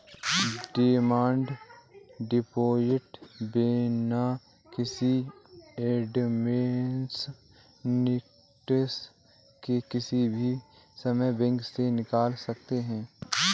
demand deposit बिना किसी advance notice के किसी भी समय बैंक से निकाल सकते है